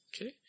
Okay